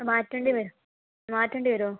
മാറ്റേണ്ടി മാറ്റേണ്ടി വരുവോ